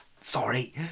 sorry